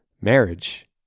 marriage